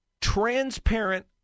transparent